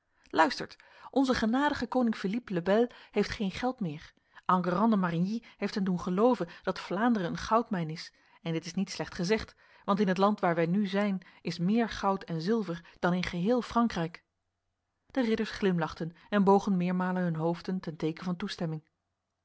kanselier luistert onze genadige koning philippe le bel heeft geen geld meer enguerrand de marigny heeft hem doen geloven dat vlaanderen een goudmijn is en dit is niet slecht gezegd want in het land waar wij nu zijn is meer goud en zilver dan in geheel frankrijk de ridders glimlachten en bogen meermalen hun hoofden ten teken van toestemming